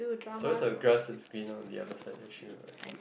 so the grass is green lor on the other side that should